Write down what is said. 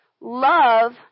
Love